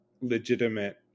legitimate